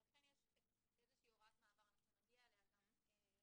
לכן יש איזושהי הוראת מעבר שנגיע אליה בהמשך,